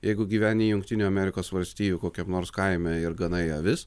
jeigu gyveni jungtinių amerikos valstijų kokiam nors kaime ir ganai avis